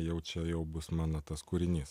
jau čia jau bus mano tas kūrinys